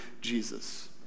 Jesus